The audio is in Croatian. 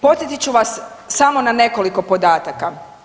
Podsjetit ću vas samo na nekoliko podataka.